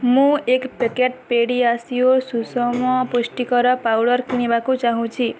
ମୁଁ ଏକ packet PediaSure ସୁସମ ପୁଷ୍ଟିକର ପାଉଡ଼ର୍ କିଣିବାକୁ ଚାହୁଁଛି